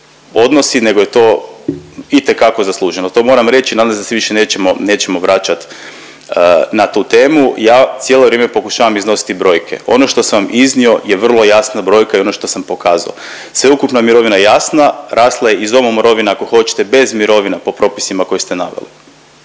nego je to itekako zasluženo. To moram reći, nadam se da se više nećemo, nećemo vraćat na tu temu. Ja cijelo vrijeme pokušavam iznositi brojke. Ono što sam vam iznio je vrlo jasna brojka i ono što sam pokazao. Sveukupna mirovina je jasna, rasla je i …/Govornik se ne razumije./…mirovina ako hoćete bez mirovina po propisima koje ste naveli.